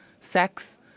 sex